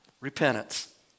repentance